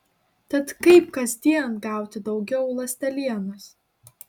tad kaip kasdien gauti daugiau ląstelienos